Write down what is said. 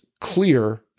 clear